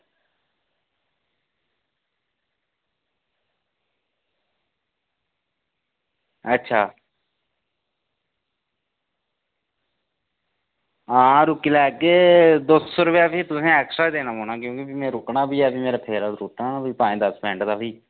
अच्छा आं रुक्की लैगे पर दौ सौ रपेआ तुसें एक्सट्रा देना पौना ते भी में रुकना बी ऐ ते मेरा फेरा त्रुट्टना पंज दस्स मिंट दा भी